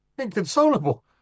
inconsolable